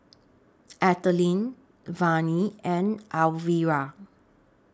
Ethelyn Vannie and Alvira